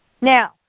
Now